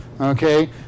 okay